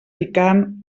picant